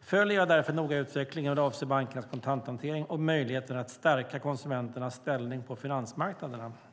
följer jag därför noga utvecklingen vad avser bankernas kontanthantering och möjligheten att stärka konsumenternas ställning på finansmarknaderna.